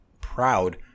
proud